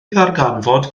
ddarganfod